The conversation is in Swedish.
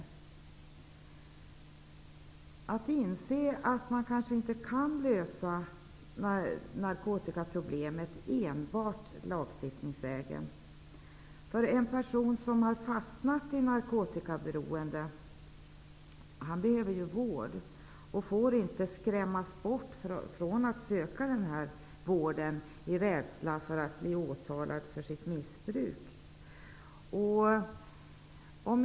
Vi menar att man måste inse att man kanske inte kan lösa narkotikaproblemet lagstiftningsvägen. En person som har fastnat i narkotikaberoende behöver vård och får inte skrämmas bort från att söka vård av rädsla för att bli åtalad för sitt missbruk.